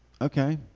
Okay